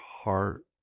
heart